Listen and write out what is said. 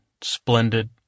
splendid